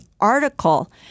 article